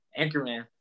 anchorman